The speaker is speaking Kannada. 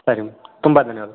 ಸರಿ ಮ್ಯಾಮ್ ತುಂಬ ಧನ್ಯವಾದ